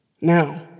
Now